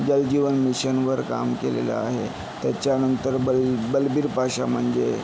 जल जीवन मिशनवर काम केलेलं आहे त्याच्यानंतर बल बलबीर पाशा म्हणजे